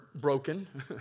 broken